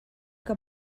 que